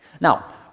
Now